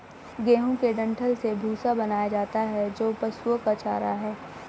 गेहूं के डंठल से भूसा बनाया जाता है जो पशुओं का चारा है